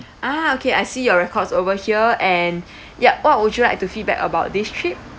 ah okay I see your records over here and yup what would you like to feedback about this trip